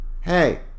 hey